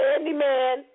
Candyman